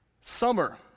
Summer